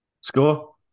Score